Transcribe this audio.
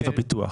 סעיף הפיתוח.